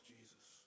Jesus